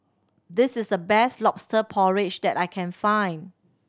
this is the best Lobster Porridge that I can find